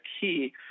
key